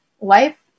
life